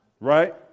right